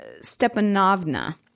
Stepanovna